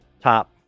top